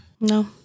No